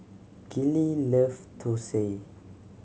Gillie loves Thosai